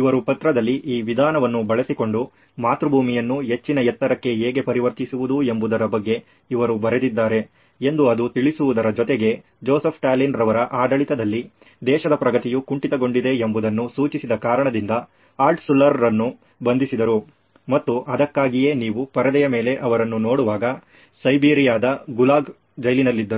ಇವರು ಪತ್ರದಲ್ಲಿ ಈ ವಿಧಾನವನ್ನು ಬಳಸಿಕೊಂಡು ಮಾತೃಭೂಮಿಯನ್ನು ಹೆಚ್ಚಿನ ಎತ್ತರಕ್ಕೆ ಹೇಗೆ ಪರಿವರ್ತಿಸುವುದು ಎಂಬುದರ ಬಗ್ಗೆ ಇವರು ಬರೆದಿದ್ದಾರೆ ಎಂದು ಅದು ತಿಳಿಸುವುದರ ಜೊತೆಗೆ ಜೋಸೆಫ್ ಸ್ಟಾಲಿನ್ ಅವರ ಆಡಳಿತದಲ್ಲಿ ದೇಶದ ಪ್ರಗತಿಯು ಕುಂಟಿತಗೊಂಡಿದೆ ಎಂಬುದನ್ನು ಸೂಚಿಸಿದ ಕಾರಣದಿಂದ ಆಲ್ಟ್ಶುಲ್ಲರ್ ರನ್ನು ಬಂಧಿಸಿದ್ದರು ಮತ್ತು ಅದಕ್ಕಾಗಿಯೇ ನೀವು ಪರದೆಯ ಮೇಲೆ ಅವರನ್ನು ನೋಡುವಾಗ ಸೈಬೀರಿಯಾದ ಗುಲಾಗ್ ಜೈಲಿನಲ್ಲಿದ್ದರು